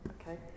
Okay